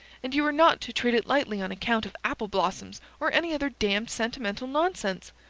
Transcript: and you are not to treat it lightly on account of apple-blossoms or any other damned sentimental nonsense.